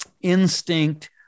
instinct